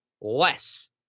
less